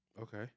Okay